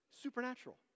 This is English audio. Supernatural